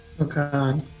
Okay